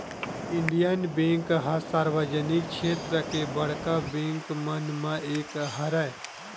Indian bank ह सार्वजनिक छेत्र के बड़का बेंक मन म एक हरय